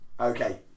Okay